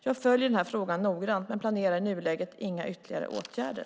Jag följer frågan noggrant men planerar i nuläget inga ytterligare åtgärder.